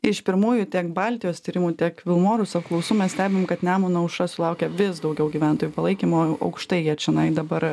iš pirmųjų tiek baltijos tyrimų tiek vilmorus apklausų mes stebim kad nemuno aušra sulaukia vis daugiau gyventojų palaikymo aukštai jie čionai dabar